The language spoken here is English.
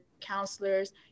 counselors